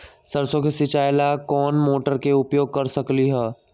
सरसों के सिचाई ला कोंन मोटर के उपयोग कर सकली ह?